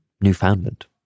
Newfoundland